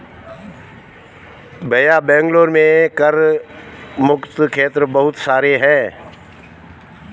भैया बेंगलुरु में कर मुक्त क्षेत्र बहुत सारे हैं